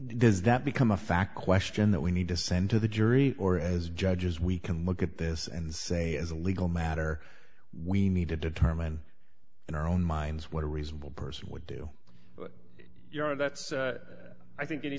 does that become a fact question that we need to send to the jury or as judges we can look at this and say as a legal matter we need to determine in our own minds what a reasonable person would do but you know that's i think any